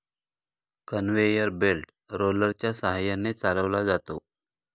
conveyor belt रोलरच्या सहाय्याने चालवला जातो